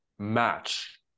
Match